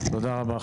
תודה רבה.